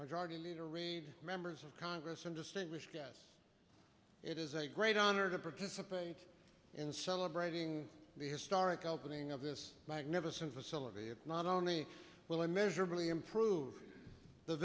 majority leader reid members of congress and distinguished guests it is a great honor to participate in celebrating the historic opening of this magnificent facility not only will i measurably improve the